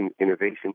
innovation